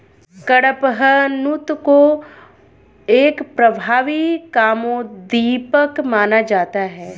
कडपहनुत को एक प्रभावी कामोद्दीपक माना जाता है